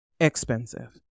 expensive